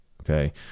Okay